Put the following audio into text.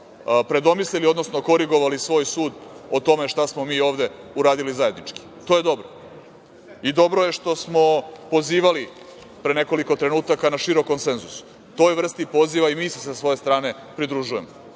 predomislili, odnosno korigovali svoj sud o tome šta smo mi ovde uradili zajednički. To je dobro. I dobro je što smo pozivali pre nekoliko trenutaka na širok konsenzus. Toj vrsti poziva i mi se sa svoje strane pridružujemo. Dakle,